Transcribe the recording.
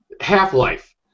Half-Life